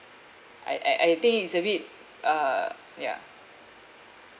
I I I think it's a bit uh ya